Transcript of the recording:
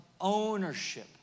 ownership